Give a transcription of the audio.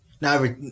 Now